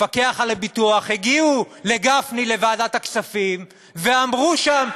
המפקח על הביטוח הגיעו לגפני לוועדת הכספים ואמרו שם,